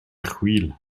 chwil